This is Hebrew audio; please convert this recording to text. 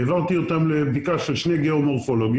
העברתי אותם לבדיקה של שני גיאו-מורפולוגים,